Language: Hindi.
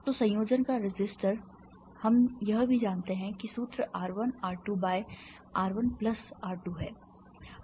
तो संयोजन का रेसिस्टर हम यह भी जानते हैं कि सूत्र R 1 R 2 by R 1 plus R 2 है